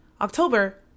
October